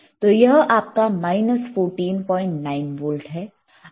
तो यह आपका 149 वोल्ट है